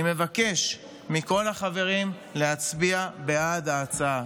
אני מבקש מכל החברים להצביע בעד ההצעה.